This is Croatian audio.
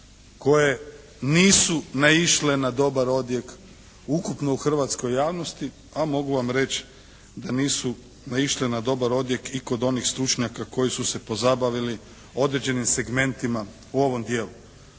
koje nisu naišle na dobar odjek ukupno u hrvatskoj javnosti, a mogu vam reći da nisu naišle na dobar odjek i kod onih stručnjaka koji su se pozabavili određenim segmentima u ovom dijelu.